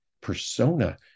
persona